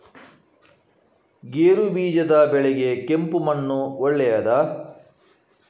ಗೇರುಬೀಜದ ಬೆಳೆಗೆ ಕೆಂಪು ಮಣ್ಣು ಒಳ್ಳೆಯದಾ?